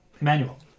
Emmanuel